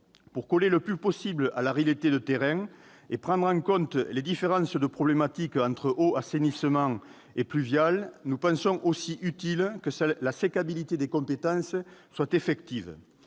Pour coller le plus possible à la réalité du terrain et prendre en compte les différences de problématique entre eau, assainissement, ruissellement et eaux pluviales, nous pensons aussi utile que la sécabilité des compétences soit effective.